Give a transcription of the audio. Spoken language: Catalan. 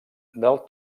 del